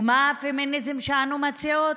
מה הפמיניזם שאנו מציעות?